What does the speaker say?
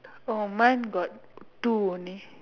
oh mine got two only